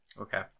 Okay